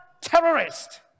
terrorist